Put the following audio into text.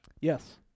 Yes